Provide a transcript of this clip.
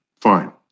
Fine